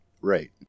Right